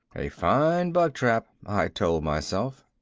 a fine bug-trap, i told myself.